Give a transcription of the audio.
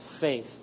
faith